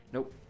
Nope